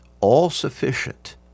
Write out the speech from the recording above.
all-sufficient